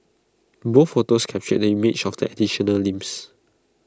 both photos captured the image of the additional limbs